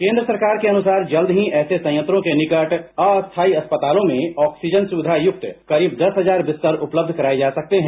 केन्द्र सरकार के अनुसार जल्द ही ऐसे संयंत्रों के निकट अस्थायी अस्पतालों में ऑक्सीजन सुविधा युक्त करीब दस हजार बिस्तर उपलब्ध कराए जा सकते हैं